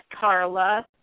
Carla